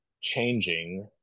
changing